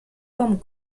con